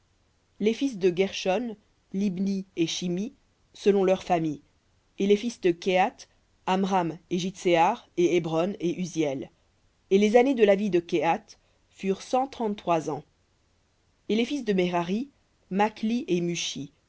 les fils de guershon libni et shimhi selon leurs familles et les fils de kehath amram et jitsehar et hébron et uziel et les années de la vie de kehath furent cent trente-trois ans et les fils de merari makhli et mushi